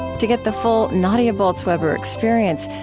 to get the full nadia bolz-weber experience,